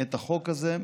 את החוק הזה,